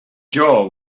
jaw